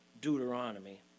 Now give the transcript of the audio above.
Deuteronomy